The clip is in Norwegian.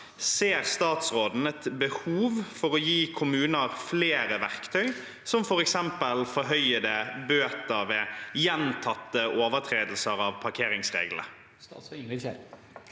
ser statsråden et behov for å gi kommuner flere verktøy, som for eksempel forhøyde bøter ved gjentatte overtredelser av parkeringsreglene?»